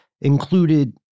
included